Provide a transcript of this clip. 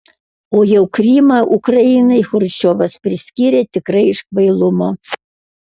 o jau krymą ukrainai chruščiovas priskyrė tikrai iš kvailumo